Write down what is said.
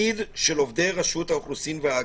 התפקיד של עובדי רשות האוכלוסין וההגירה,